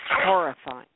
horrifying